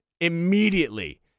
immediately